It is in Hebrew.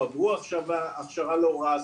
הם עברו הכשרה לא רעה,